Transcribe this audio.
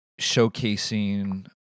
showcasing